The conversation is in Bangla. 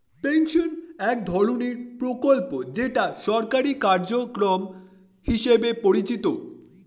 পেনশন এক ধরনের প্রকল্প যেটা সরকারি কার্যক্রম হিসেবে পরিচিত